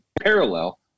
parallel